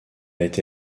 été